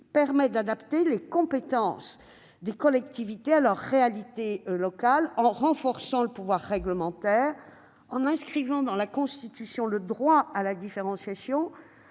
est d'adapter les compétences des collectivités à leurs réalités locales en renforçant le pouvoir réglementaire local et en inscrivant dans la Constitution le droit à la différenciation.